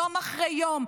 יום אחרי יום,